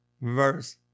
verse